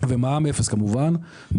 מע"מ אפס כמובן,